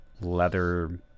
leather